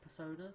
personas